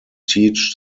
teach